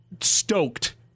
stoked